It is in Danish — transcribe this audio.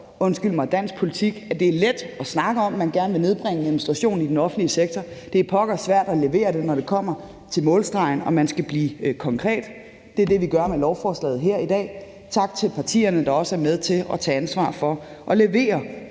det i dansk politik er let at snakke om, at man gerne vil nedbringe administrationen i den offentlige sektor; det er pokkers svært at levere det, når det kommer til målstregen og man skal blive konkret. Det er det, vi gør med lovforslaget her i dag. Tak til partierne, der også er med til at tage ansvar for at levere